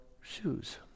shoes